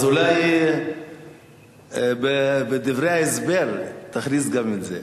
אז אולי בדברי ההסבר תכניס גם את זה,